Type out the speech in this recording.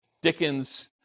Dickens